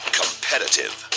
competitive